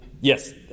Yes